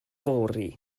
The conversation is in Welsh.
fory